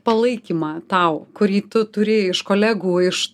palaikymą tau kurį tu turėji iš kolegų iš